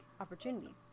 opportunity